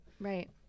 right